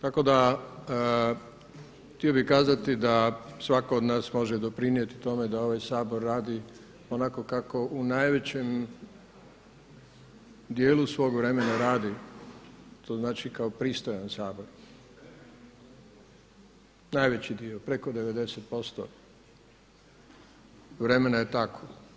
Tako da htio bih kazati da svako od nas može doprinijeti tome da ovaj Sabor radi onako kako u najvećem dijelu svog vremena rada, to znači kao pristojan Sabor, najveći dio preko 90% vremena je tako.